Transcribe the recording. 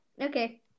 Okay